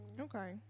Okay